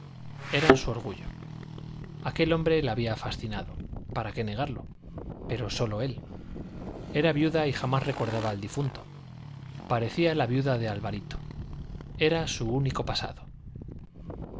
eran su orgullo aquel hombre la había fascinado para qué negarlo pero sólo él era viuda y jamás recordaba al difunto parecía la viuda de alvarito era su único pasado